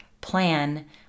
plan